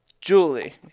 Julie